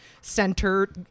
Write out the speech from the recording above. center